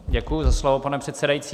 Děkuji za slovo, pane předsedající.